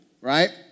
right